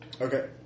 okay